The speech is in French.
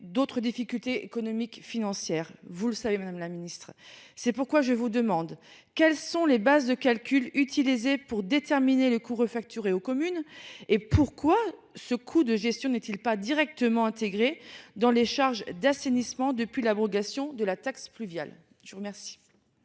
d'autres difficultés économiques, financières, vous le savez madame la ministre, c'est pourquoi je vous demande quelles sont les bases de calcul utilisées pour déterminer le coût refacturée aux communes. Et pourquoi ce coup de gestion n'est-il pas directement intégrés dans les charges d'assainissement depuis l'abrogation de la taxe pluviale je vous remercie.